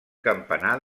campanar